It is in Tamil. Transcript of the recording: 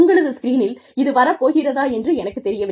உங்களது ஸ்கிரீனில் இது வரப் போகிறதா என்று எனக்குத் தெரியவில்லை